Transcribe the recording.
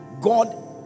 god